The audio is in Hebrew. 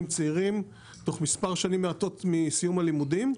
צעירים תוך מספר שנים מועטות מסיום הלימודים,